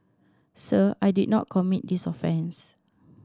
sir I did not commit this offence